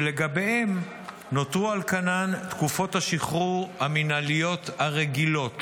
שלהם נותרו על כנן תקופות השחרור המינהליות הרגילות,